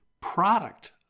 product